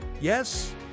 yes